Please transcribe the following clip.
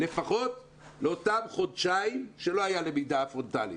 לפחות לאותן חודשיים שלא הייתה בהם למידה פרונטלית.